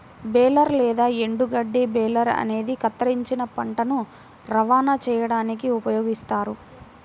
baler లేదా ఎండుగడ్డి baler అనేది కత్తిరించిన పంటను రవాణా చేయడానికి ఉపయోగిస్తారు